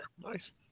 Nice